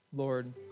Lord